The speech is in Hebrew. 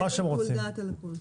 כן, שיקול דעת על הכול.